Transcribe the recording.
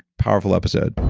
powerful episode